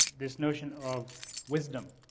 this notion of wisdom.